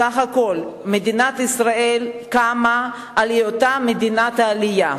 סך הכול, מדינת ישראל קמה על היותה מדינת עלייה.